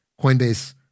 Coinbase